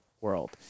world